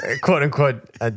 quote-unquote